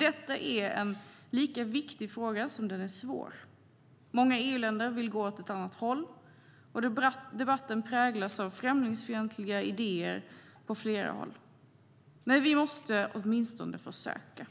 Detta är en fråga som är lika viktig som svår. Många EU-länder vill gå åt ett annat håll, och debatten präglas av främlingsfientliga idéer på flera håll. Men vi måste åtminstone försöka.